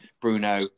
Bruno